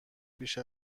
بیش